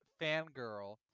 fangirl